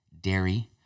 dairy